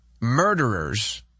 murderers